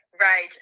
Right